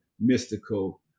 Mystical